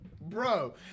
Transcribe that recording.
Bro